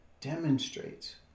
demonstrates